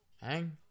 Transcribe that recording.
hang